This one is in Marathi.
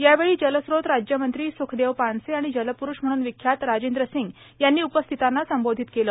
यावेळी जलस्रोत राज्यमंत्री स्रुखदेव पानसे आणि जलपुरूष म्हणून विख्यात राजेंद्र सिंग यांनी उपस्थितांना संबोधित केलं